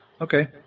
Okay